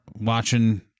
watching